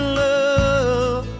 love